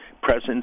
presence